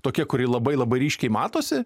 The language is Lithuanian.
tokia kuri labai labai ryškiai matosi